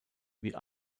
wie